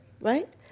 Right